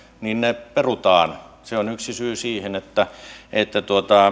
niin ne perutaan se on yksi syy siihen että että